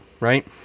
right